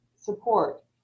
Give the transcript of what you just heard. support